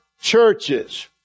churches